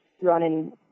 running